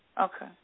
Okay